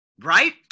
right